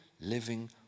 living